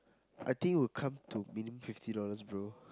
I think will come to minimum fifty dollars bro